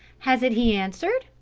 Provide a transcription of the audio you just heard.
hasn't he answered?